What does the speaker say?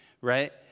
right